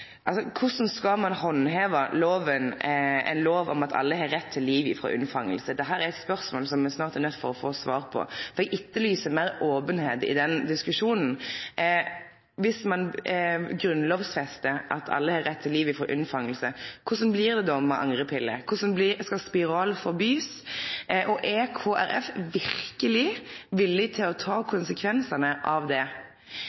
Altså: Korleis skal ein handheve ein lov om at alle har rett til liv frå unnfanging? Dette er eit spørsmål som me snart er nøydde til å få svar på. Eg etterlyser meir openheit i den diskusjonen. Dersom ein grunnlovfestar at alle har rett til liv frå ein blir unnfanga, korleis blir det då med angrepille? Skal spiral forbydast? Er Kristeleg Folkeparti verkeleg villig til å ta